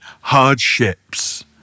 hardships